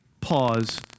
pause